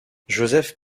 joseph